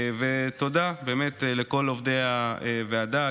ותודה באמת לכל עובדי הוועדה,